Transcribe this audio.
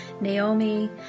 Naomi